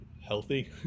healthy